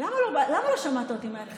למה לא שמעת אותי מההתחלה?